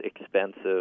expensive